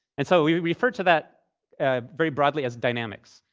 and so we we refer to that very broadly as dynamics,